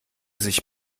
sich